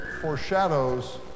foreshadows